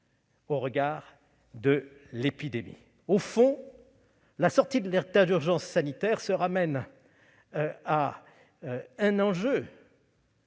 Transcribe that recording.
au regard de l'épidémie. Au fond, la sortie de l'état d'urgence sanitaire se réduit à un enjeu